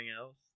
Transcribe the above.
else